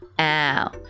Ow